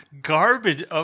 Garbage